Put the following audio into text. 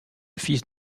fils